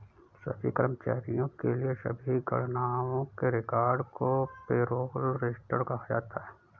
सभी कर्मचारियों के लिए सभी गणनाओं के रिकॉर्ड को पेरोल रजिस्टर कहा जाता है